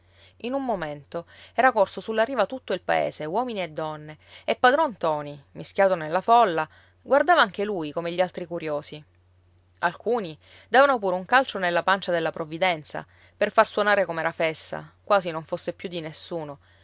in un momento era corso sulla riva tutto il paese uomini e donne e padron ntoni mischiato nella folla guardava anche lui come gli altri curiosi alcuni davano pure un calcio nella pancia della provvidenza per far suonare com'era fessa quasi non fosse più di nessuno